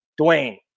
Dwayne